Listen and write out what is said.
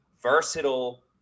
versatile